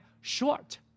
short